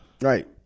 Right